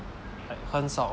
很少